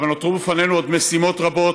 אבל נותרו לפנינו עוד משימות רבות.